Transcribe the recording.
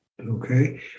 Okay